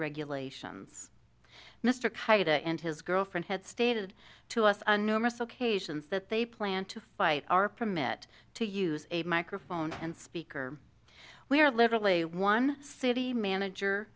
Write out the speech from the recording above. regulations mr kite and his girlfriend had stated to us on numerous occasions that they plan to fight our permit to use a microphone and speaker we are literally one city manager